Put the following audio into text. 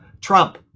Trump